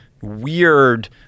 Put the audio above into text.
weird